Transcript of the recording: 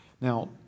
Now